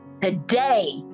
Today